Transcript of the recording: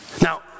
Now